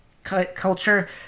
culture